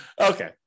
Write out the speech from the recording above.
Okay